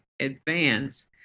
advance